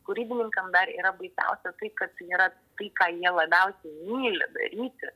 kūrybininkam dar yra baisiausia tai kad tai yra tai ką jie labiausiai myli daryti